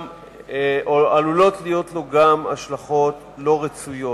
עלולות להיות לה גם השלכות לא רצויות,